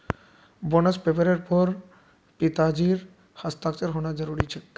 bond पेपरेर पर पिताजीर हस्ताक्षर होना जरूरी छेक